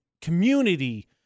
community